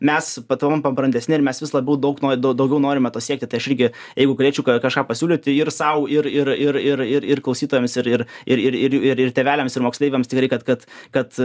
mes patampam brandesni ir mes vis labiau daug dau daugiau norime pasiekti tai aš irgi jeigu galėčiau ką kažką pasiūlyti ir sau ir ir ir ir ir ir klausytojams ir ir ir ir ir ir tėveliams ir moksleiviams tikrai kad kad kad